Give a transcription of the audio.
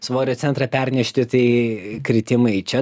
svorio centrą pernešti tai kritimai čia